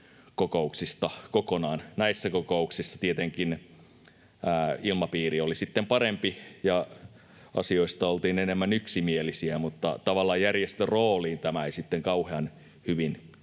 kokonaan. Näissä kokouksissa tietenkin ilmapiiri oli sitten parempi ja asioista oltiin enemmän yksimielisiä, mutta tavallaan järjestön rooliin tämä ei kauhean hyvin